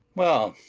well.